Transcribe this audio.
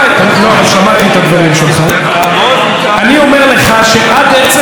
אני אומר לך שעד עצם היום הזה אותה הצעה,